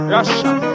Russia